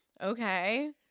Okay